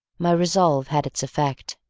my resolve had its effect.